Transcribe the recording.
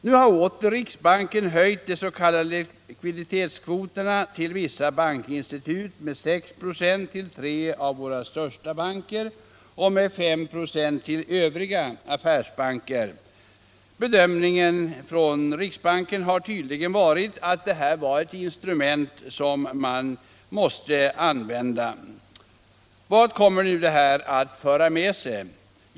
Nu har riksbanken åter höjt de s.k. likviditetskvoterna för vissa bankinstitut, med 6 96 för tre av våra största affärsbanker och med 5 96 för övriga affärsbanker. Riksbankens bedömning har tydligen varit att detta är ett instrument som man måste använda. Vad kommer nu det här att föra med sig?